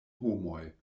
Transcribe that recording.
homoj